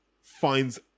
finds